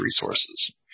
resources